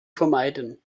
vermeiden